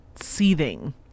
seething